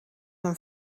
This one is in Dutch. een